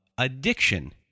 Addiction